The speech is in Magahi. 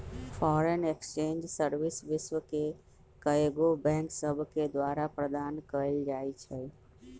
फॉरेन एक्सचेंज सर्विस विश्व के कएगो बैंक सभके द्वारा प्रदान कएल जाइ छइ